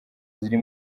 ziri